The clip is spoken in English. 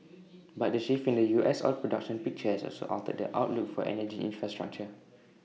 but the shift in the U S oil production picture has also altered the outlook for energy infrastructure